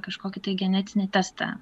kažkokį genetinį testą